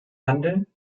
handeln